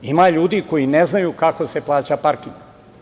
Ima ljudi koji ne znaju kako se plaća parking.